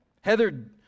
Heather